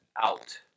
out